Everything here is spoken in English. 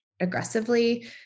aggressively